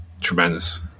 Tremendous